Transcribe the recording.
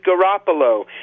Garoppolo